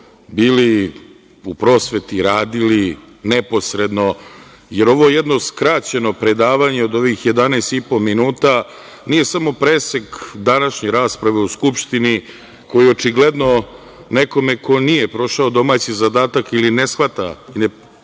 bili u prosveti, radili neposredno, jer ovo je jedno skraćeno predavanje od ovih 11,5 minuta nije samo presek današnje rasprave u Skupštini koja očigledno nekome ko nije prošao domaći zadatak ili ne shvata i neparticipira